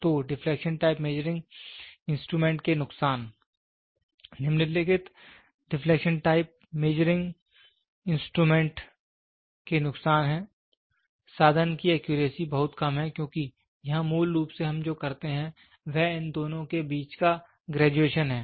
तो deflection type measuring instrument के नुकसान निम्नलिखित डिफलेक्शन टाइप मेजरिंग इंस्ट्रूमेंट के नुकसान हैं साधन की एक्यूरेसी बहुत कम है क्योंकि यहां मूल रूप से हम जो करते हैं वह इन दोनों के बीच का ग्रेजुएशन है